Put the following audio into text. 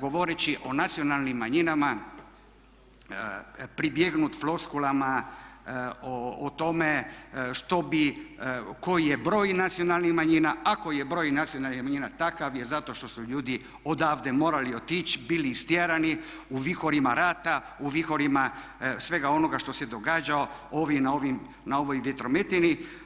govoreći o nacionalnim manjinama pribjegnut floskulama o tome što bi, koji je broj nacionalnih manjina, ako je broj nacionalnih manjina jer zato što su ljudi odavde morali otići, bili istjerani u vihorima rata, u vihorima svega onoga što se događalo ovdje na ovoj vjetrometini.